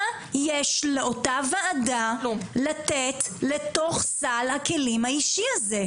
מה יש לאותה ועדה לתת לתוך סל הכלים האישי הזה?